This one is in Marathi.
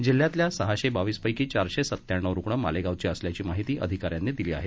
जिल्ह्यातील सहाशे बावीस पक्षी चारशे सत्त्यान्नव रुग्ण मालेगांवचे असल्याची माहिती अधिकाऱ्यांनी दिली आहे